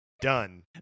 done